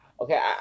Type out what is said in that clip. Okay